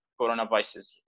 coronavirus